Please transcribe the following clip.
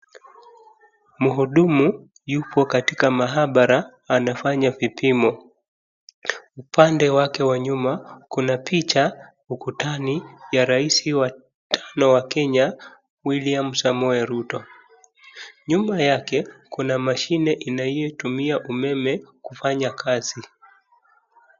Mhudumu yuko katika maabara anafanya vipimo. Upande wake wa nyuma kuna picha ukutani ya rais wa tano wa Kenya William Samoe Ruto. Nyuma yake kuna mashine inayotumia umeme kufanya kazi.